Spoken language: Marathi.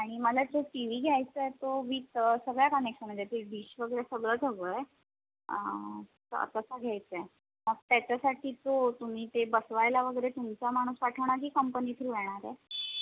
आणि मला जो टी व्ही घ्यायचा आहे तो विथ सगळ्या कनेक्शनमध्ये ती डिश वगैरे सगळंच हवं आहे तसं घ्यायचं आहे मग त्याच्यासाठी तो तुम्ही ते बसवायला वगैरे तुमचा माणूस पाठवणार की कंपनी थ्रू येणार आहे